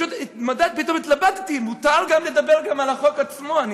ופתאום התלבטתי אם מותר גם לדבר על החוק עצמו.